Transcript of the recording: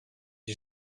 you